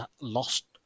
lost